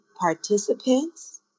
participants